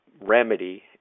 remedy